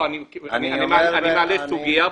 עבד אל חכים חאג' יחיא (הרשימה המשותפת): אני מעלה פה סוגיה,